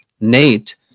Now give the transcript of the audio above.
Nate